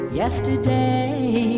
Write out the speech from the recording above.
yesterday